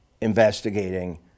investigating